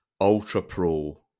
ultra-pro